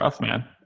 man